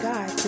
God